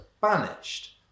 banished